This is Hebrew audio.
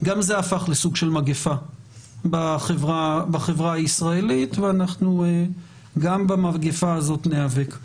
גם זה הפך סוג של מגיפה בחברה הישראלית וגם במגיפה הזאת נאבק.